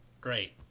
Great